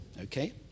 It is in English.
Okay